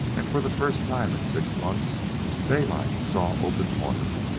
and for the first time in six months daylight saw open water.